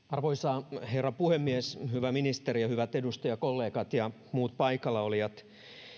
arvoisa herra puhemies hyvä ministeri hyvät edustajakollegat ja muut paikallaolijat